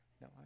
No